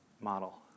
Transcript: model